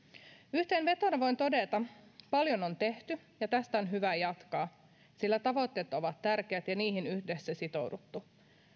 yhteenvetona voin todeta paljon on tehty ja tästä on hyvä jatkaa sillä tavoitteet ovat tärkeät ja niihin on yhdessä sitouduttu